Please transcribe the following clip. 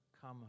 Come